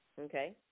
Okay